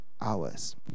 hours